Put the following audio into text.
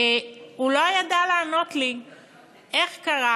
הוא לא ידע לענות לי איך קרה